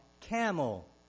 camel